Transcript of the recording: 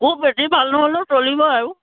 খুব বেছি ভাল নহ'লেও চলিব আৰু